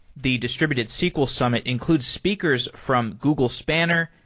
the distributed sql summit includes speakers from google spanner,